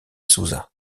souza